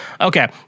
Okay